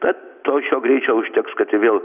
tad to šio greičio užteks kad ir vėl